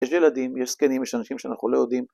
יש ילדים, יש זקנים, יש אנשים שאנחנו לא יודעים.